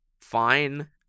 fine